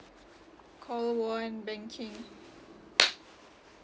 call one banking